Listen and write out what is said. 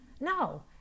No